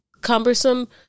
cumbersome